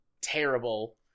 terrible